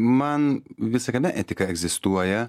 man visa kame etika egzistuoja